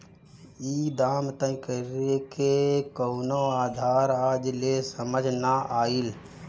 ई दाम तय करेके कवनो आधार आज ले समझ नाइ आइल